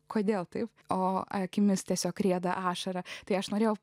kodėl taip o akimis tiesiog rieda ašara tai aš norėjau